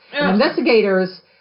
Investigators